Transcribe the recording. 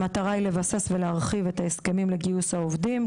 המטרה היא לבסס ולהרחיב את ההסכמים לגיוס העובדים,